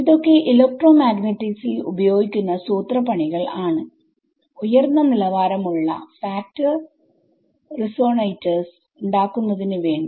ഇതൊക്കെ ഇലക്ട്രോമാഗ്നറ്റിക്സിൽ ഉപയോഗിക്കുന്ന സൂത്രപണികൾ ആണ്ഉയർന്ന നിലവാരം ഉള്ള ഫാക്ടർ റിസോണെറ്റർസ്ഉണ്ടാക്കുന്നതിനു വേണ്ടി